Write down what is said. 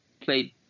played